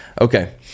Okay